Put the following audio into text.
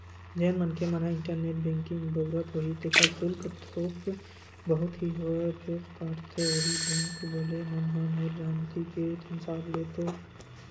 जेन मनखे मन ह इंटरनेट बेंकिग बउरत होही तेखर सुल्क थोक बहुत ही होवय फेर काटथे होही बेंक वले मन ह मोर जानती के हिसाब ले तो